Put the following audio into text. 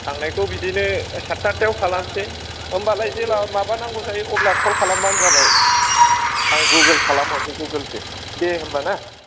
थांनायखौ बिदिनो साटता आटटायाव खालामसै होनबालाय जेब्ला माबा नांगौ जायो अब्ला कल खालामबानो जाबाय आं गुगोल खालामहरनोसै गुगोल फे दे होनबा ना